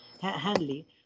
Hanley